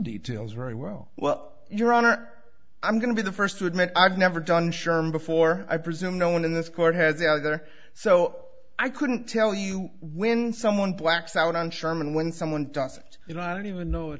details very well well your honor i'm going to be the first to admit i've never done sherman before i presume no one in this court has either so i couldn't tell you when someone blacks out on sherman when someone doesn't you know i don't even know